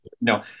No